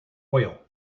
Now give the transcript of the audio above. oil